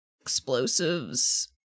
explosives